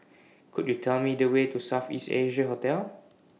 Could YOU Tell Me The Way to South East Asia Hotel